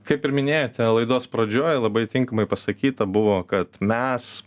kaip ir minėjote laidos pradžioj labai tinkamai pasakyta buvo kad mes